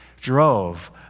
drove